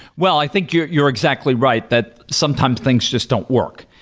well, i think you're you're exactly right, that sometimes things just don't work.